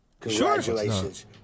Congratulations